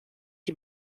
die